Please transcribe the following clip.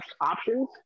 options